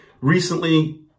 Recently